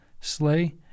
slay